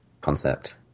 concept